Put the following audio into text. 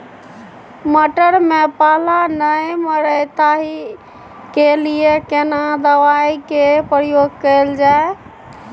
मटर में पाला नैय मरे ताहि के लिए केना दवाई के प्रयोग कैल जाए?